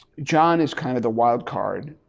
john is kind of the wild card.